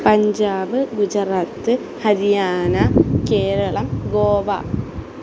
Punjab Gujarat Haryana Keralam Goa